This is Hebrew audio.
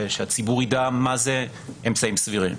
שהציבור ידע מה זה "אמצעים סבירים".